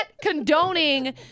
condoning